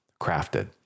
crafted